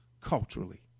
culturally